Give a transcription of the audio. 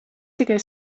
tikai